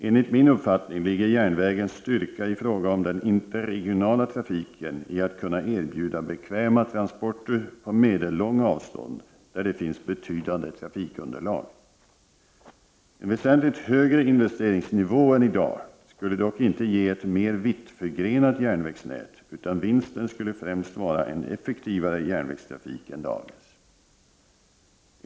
Enligt min uppfattning ligger järnvägens styrka i fråga om den interregionala trafiken i att kunna erbjuda bekväma transporter på medellånga avstånd där det finns betydande trafikunderlag. En väsentligt högre investeringsnivå än i dag skulle dock inte ge ett mer vittförgrenat järnvägsnät, utan vinsten skulle främst vara en effektivare järnvägstrafik än dagens.